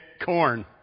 corn